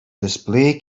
display